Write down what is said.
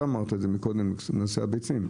אתה אמרת את זה מקודם בנושא הביצים.